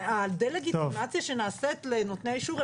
הדה לגיטימציה שנעשית לנותני האישור.